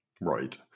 Right